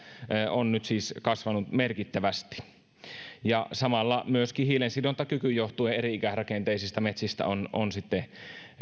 on nyt siis kasvanut merkittävästi samalla myöskin hiilensidontakyky johtuen eri ikäisrakenteisista metsistä on on sitten